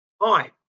hi